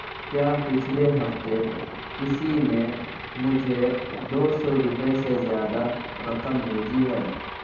کیا پچھلے ہفتے کسی نے مجھے دو سو روپئے سے زیادہ رقم بھیجی ہے